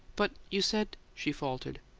but you said she faltered.